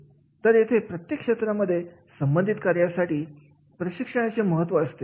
तर येथे प्रत्येक क्षेत्रामध्ये संबंधित कार्यासाठी प्रशिक्षणाचे महत्त्व असते